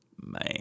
Man